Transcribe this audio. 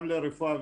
גם לרפואה,